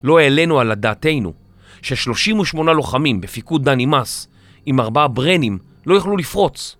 לא העלינו על דעתנו ש-38 לוחמים בפיקוד דני מס עם 4 ברנים לא יכלו לפרוץ